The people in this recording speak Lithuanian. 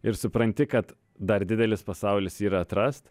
ir supranti kad dar didelis pasaulis yra atrast